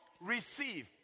receive